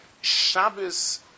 Shabbos